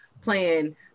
playing